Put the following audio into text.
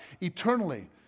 eternally